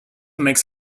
makes